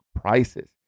prices